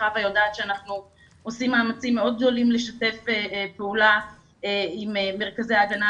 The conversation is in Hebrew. וחוה יודעת שאנחנו עושים מאמצים מאוד גדולים לשתף פעולה עם מרכזי ההגנה,